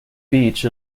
beach